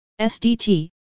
SDT